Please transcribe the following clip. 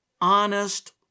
honest